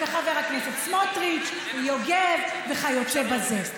וחבר הכנסת סמוטריץ, ויוגב וכיוצא בזה.